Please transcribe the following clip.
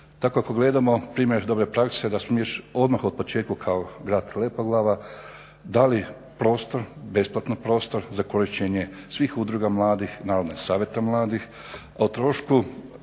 Tako ako gledamo primjer dobre prakse da smo mi odmah na početku kao grad Lepoglava dali prostor, besplatan prostor za korištenje svih udruga mladih naravno i Savjeta mladih o trošku,